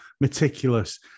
meticulous